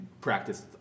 practice